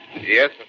Yes